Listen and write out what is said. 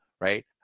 right